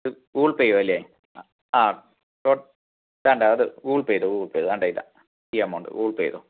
ഇത് Google Pay ചെയ്യും അല്ലെ ആ ആ വേണ്ട അത് ഗൂഗിൾ പേ ചെയ്തോ ഗൂഗിൾ പേ ചെയ്തോ വേണ്ട ഇല്ല ഈ എമൗണ്ട് ഗൂഗിൾ പേ ചെയ്തോ